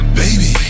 baby